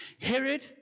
Herod